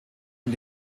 und